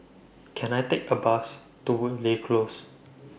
Can I Take A Bus to Woodleigh Close